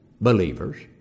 believers